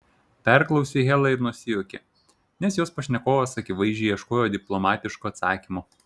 perklausė hela ir nusijuokė nes jos pašnekovas akivaizdžiai ieškojo diplomatiško atsakymo